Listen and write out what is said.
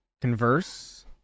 converse